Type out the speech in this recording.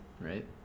Right